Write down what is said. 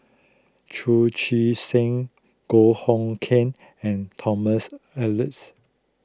Chu Chee Seng Goh Hood Keng and Thomas Oxley